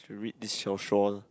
should read this 小说